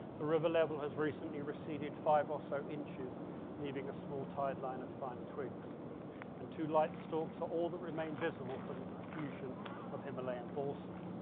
the river level has recently receded five or so inches leaving a small tide line of fine twigs and two lights stalks are all that remain visible from the profusion of himalayan balsam.